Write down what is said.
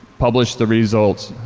published the results.